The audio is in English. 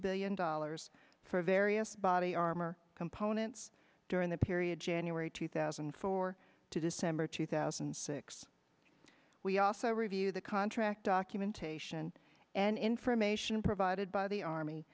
billion dollars for various body armor components during the period january two thousand and four to december two thousand and six we also review the contract documentation and information provided by the army